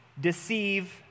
deceive